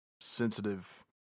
sensitive